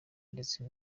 ndetse